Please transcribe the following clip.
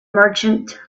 merchant